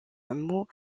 mot